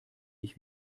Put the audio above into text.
ich